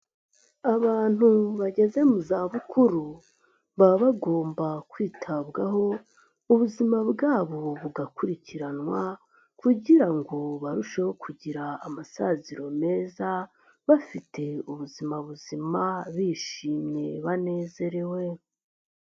Abantu bageze mu zabukuru baba bagomba kwitabwaho, ubuzima bwabo bugakurikiranwa kugira ngo barusheho kugira amasaziro meza, bafite ubuzima buzima bishimye banezerewe.